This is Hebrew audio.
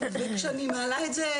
וכשאני מעלה את זה,